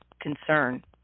concern